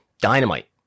Dynamite